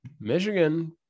Michigan –